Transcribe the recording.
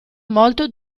molto